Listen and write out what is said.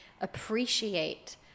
appreciate